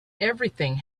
everything